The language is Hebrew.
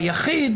ביחיד